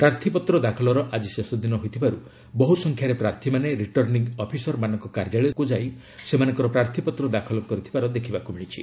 ପ୍ରାର୍ଥୀପତ୍ର ଦାଖଲର ଆଜି ଶେଷ ଦିନ ହୋଇଥିବାରୁ ବହୁ ସଂଖ୍ୟାରେ ପ୍ରାର୍ଥୀମାନେ ରିଟର୍ଣ୍ଣିଂ ଅଫିସର୍ ମାନଙ୍କ କାର୍ଯ୍ୟାଳୟକୁ ଯାଇ ସେମାନଙ୍କର ପ୍ରାର୍ଥୀପତ୍ର ଦାଖଲ କରିଥିବାର ଦେଖିବାକୁ ମିଳିଛି